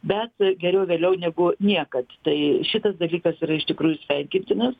bet geriau vėliau negu niekad tai šitas dalykas yra iš tikrųjų sveikintinas